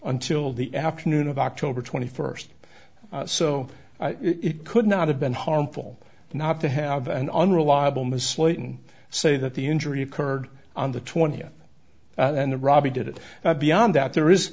until the afternoon of october twenty first so it could not have been harmful not to have an unreliable ms slayton say that the injury occurred on the twentieth and the rabi did it beyond that there is